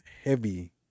heavy